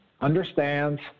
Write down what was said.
understands